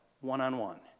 one-on-one